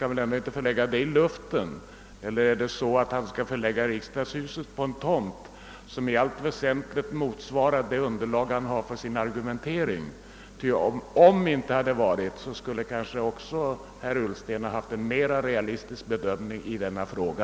Han kan väl inte förlägga det i luften! Eller är det så att herr Ullsten vill förlägga riksdagshuset på en tomt som i allt väsentligt motsvarar underlaget för hans argumentering? Om inte »om» hade varit kanske också herr Ullsten hade haft en mera realistisk bedömning i denna fråga.